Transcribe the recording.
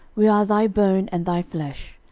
we are thy bone and thy flesh.